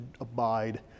abide